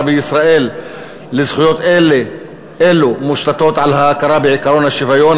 בישראל לזכויות אלו מושתתות על ההכרה בעקרון השוויון,